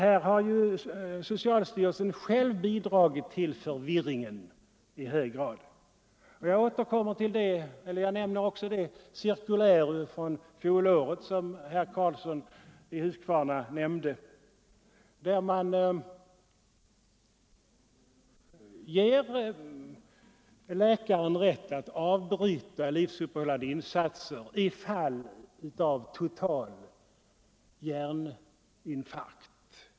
Här har ju socialstyrelsen själv i hög grad bidragit till förvirringen. Som exempel kan nämnas cirkuläret från fjolåret som ger läkaren rätt att avbryta livsuppehållande insatser i fall av total hjärninfarkt.